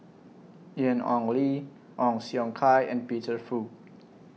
Ian Ong Li Ong Siong Kai and Peter Fu